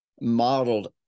modeled